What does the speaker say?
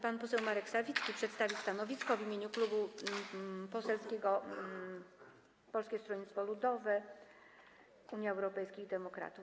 Pan poseł Marek Sawicki przedstawi stanowisko w imieniu Klubu Poselskiego Polskiego Stronnictwa Ludowego - Unii Europejskich Demokratów.